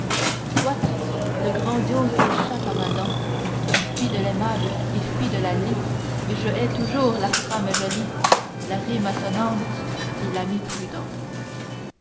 soit le grandiose échappe à ma dent mais fi de l'aimable et fi de la lie et je hais toujours la femme jolie la rime assonante et l'ami prudent